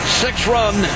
six-run